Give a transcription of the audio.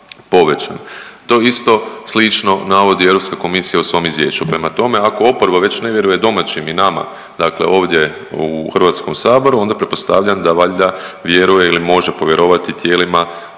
To isto slično navodi Europska komisija u svom izvješću. Prema tome, ako oporba već ne vjeruje domaćim i nama ovdje u HS-u onda pretpostavljam da valjda vjeruje ili može povjerovati tijelima